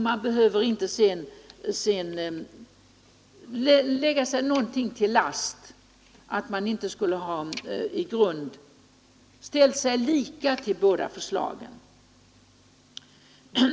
Man behöver sedan inte lägga sig till last att man inte skulle ha i grunden ställt sig lika till båda förslagen.